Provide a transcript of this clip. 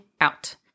out